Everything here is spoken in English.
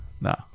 No